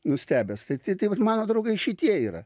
nustebęs tai tai tai vat mano draugai šitie yra